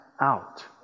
out